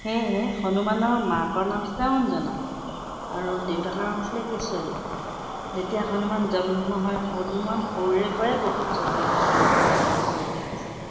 সেয়েহে হনুমানৰ মাকৰ নাম আছিলে অঞ্জনা আৰু দেউতাকৰ নাম আছিলে কেশৰী যেতিয়া হনুমান জন্ম হয় হনুমান সৰুৰে পৰাই বহুত চতুৰ আৰু চালাকী আছিলে আৰু ধাৰ্মিক আছিলে